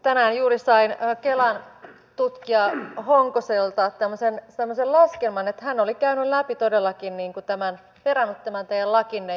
tänään juuri sain kelan tutkija honkaselta tämmöisen laskelman että hän oli käynyt läpi todellakin tämän perannut tämän teidän lakinne